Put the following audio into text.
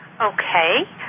Okay